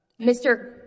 Mr